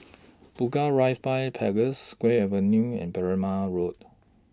Bunga Rampai Place Gul Avenue and Berrima Road